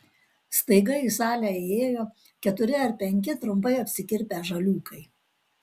staiga į salę įėjo keturi ar penki trumpai apsikirpę žaliūkai